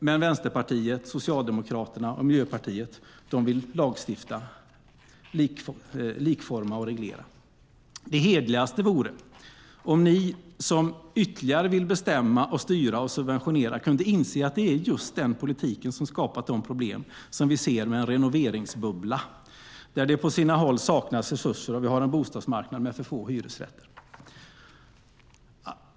Men Vänsterpartiet Socialdemokraterna och Miljöpartiet vill lagstifta, likforma och reglera. Det hederligaste vore om ni som ytterligare vill bestämma, styra och subventionera kunde inse att det är just den politiken som skapat de problem vi ser med en renoveringsbubbla, där det på sina håll saknas resurser och vi har en bostadsmarknad med för få hyresrätter.